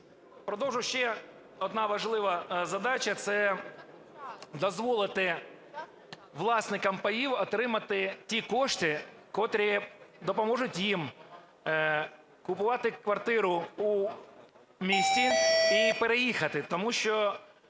Продовжу, ще одна важлива задача – це дозволити власникам паїв отримати ті кошти, котрі допоможуть їм купувати квартиру у місті і переїхати. Тому що